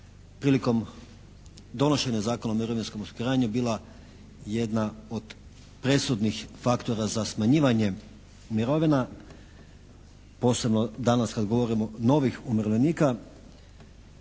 prilikom donošenja Zakona o mirovinskom osiguranju bila jedna od presudnih faktora za smanjivanje mirovina, posebno danas kad govorimo novih umirovljenika,